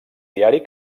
diari